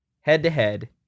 head-to-head